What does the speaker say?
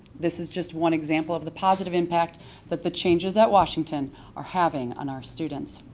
this is just one example of the positive impact that the changes at washington are having on our students.